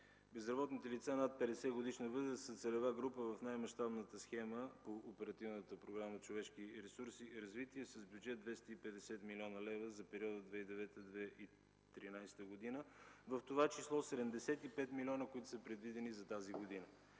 Безработните лица над 50-годишна възраст са целева група в най-мащабната схема по Оперативна програма „Човешки ресурси и развитие” с бюджет 250 млн. лв. за периода 2009-2013 г., в това число 75 млн. лв., предвидени за тази година.